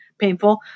painful